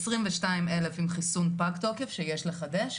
עשרים ושניים אלף עם חיסון פג תוקף שיש לחדש,